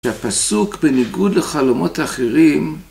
שהפסוק בניגוד לחלומות האחרים